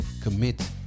commit